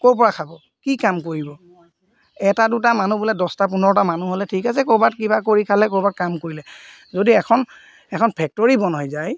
ক'ৰ পৰা খাব কি কাম কৰিব এটা দুটা মানুহ বোলে দহটা পোন্ধৰটা মানুহ হ'লে ঠিক আছে ক'ৰবাত কিবা কৰি খালে ক'ৰবাত কাম কৰিলে যদি এখন এখন ফেক্টৰী বন্ধ হৈ যায়